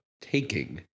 taking